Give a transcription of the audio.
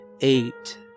eight